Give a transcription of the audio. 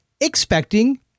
expecting